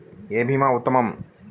ఏ భీమా ఉత్తమము?